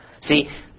See